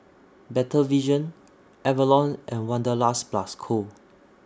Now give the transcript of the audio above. Better Vision Avalon and Wanderlust Plus Co